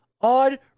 odd